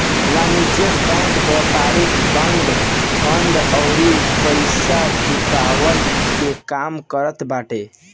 वाणिज्यिक बैंक व्यापारिक bond, fund अउरी पईसा जुटवला के काम करत बाटे